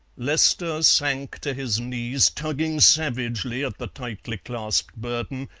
lester sank to his knees, tugging savagely at the tightly clasped burden,